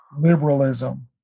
liberalism